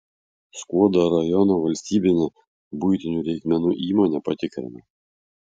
skuodo rajono valstybinę buitinių reikmenų įmonę patikrino